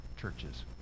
churches